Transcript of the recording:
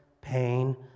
pain